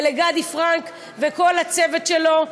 ולגדי פרנק ולכל הצוות שלו,